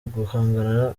uguhangana